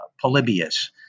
Polybius